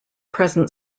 present